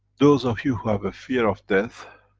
those of you who have a fear of death,